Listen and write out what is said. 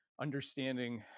Understanding